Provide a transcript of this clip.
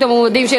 התשע"ג 2013,